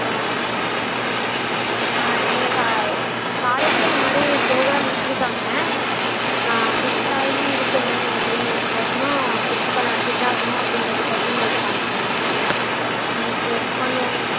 ஆ சரி சரிங்க ஆ எங்கள் கா காலேஜ்ஜில் இதுமாதிரி ப்ரோக்ராம் வெச்சுருக்காங்க நான் ஃபிட் ஆகி இருக்கணும் அப்படிங்கறதுக்கோசரம் ஃபிட் பண்ண ஃபிட் ஆகணும் அப்படிங்கிறதுக்கோசரம் உங்களுக்கு கால் பண்ணிணேன் ஓகே பண்ணுவாங்க